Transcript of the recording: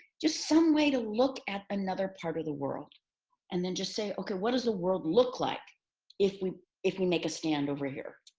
just some way to look at another part of the world and then just say, okay, what does the world look like if we if we make a stand over here?